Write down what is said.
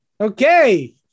Okay